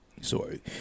sorry